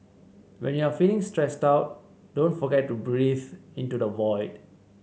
when you are feeling stressed out don't forget to breathe into the void